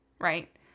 right